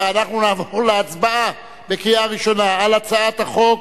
אנחנו נעבור להצבעה בקריאה ראשונה על הצעת החוק,